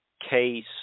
case